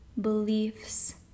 beliefs